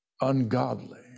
ungodly